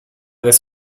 this